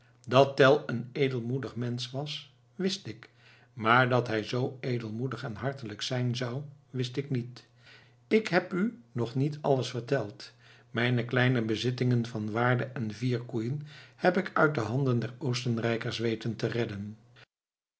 dat tell een edelmoedig mensch was wist ik maar dat hij z edelmoedig en hartelijk zijn zou wist ik niet ik heb u nog niet alles verteld mijne kleine bezittingen van waarde en vier koeien heb ik uit de handen der oostenrijkers weten te redden